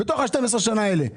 אז